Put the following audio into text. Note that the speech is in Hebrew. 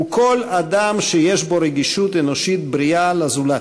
הוא כל אדם שיש בו רגישות אנושית בריאה לזולת,